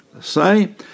say